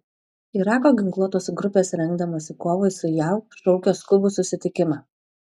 irako ginkluotos grupės rengdamosi kovai su jav šaukia skubų susitikimą